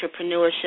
entrepreneurship